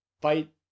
Fight